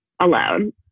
alone